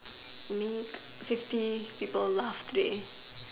make fifty people laugh today